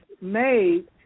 made